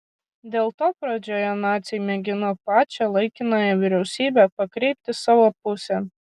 dėl to pradžioje naciai mėgino pačią laikinąją vyriausybę pakreipti savo pusėn